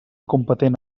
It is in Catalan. competent